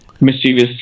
mischievous